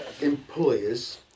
employers